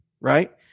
right